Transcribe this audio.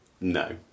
no